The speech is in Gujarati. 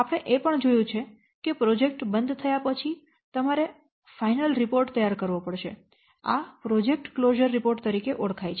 આપણે એ પણ જોયું છે કે પ્રોજેક્ટ બંધ થયા પછી તમારે અંતિમ રિપોર્ટ તૈયાર કરવો પડશે આ પ્રોજેક્ટ ક્લોઝર રિપોર્ટ તરીકે ઓળખાય છે